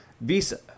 Visa